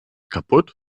kaputt